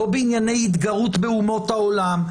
לא בענייני התגרות באומות העולם.